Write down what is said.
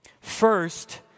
first